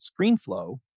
ScreenFlow